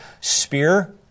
spear